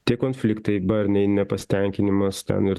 tie konfliktai barniai nepasitenkinimas ten ir